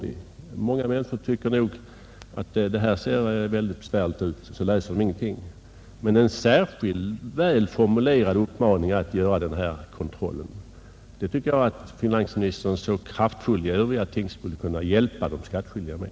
De flesta människor tycker nog att detta ser mycket besvärligt ut, och så läser de ingenting. Men en särskild väl formulerad uppmaning att göra denna kontroll tycker jag att finansministern, så kraftfull i övriga ting, skulle kunna hjälpa de skattskyldiga med.